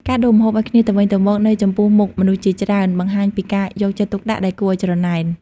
ការដួសម្ហូបឱ្យគ្នាទៅវិញទៅមកនៅចំពោះមុខមនុស្សជាច្រើន បង្ហាញពីការយកចិត្តទុកដាក់ដែលគួរឱ្យច្រណែន។